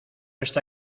está